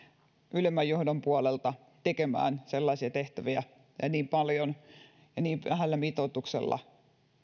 ylemmän johdon puolelta tekemään sellaisia tehtäviä niin paljon ja niin vähällä mitoituksella